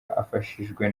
afashijwe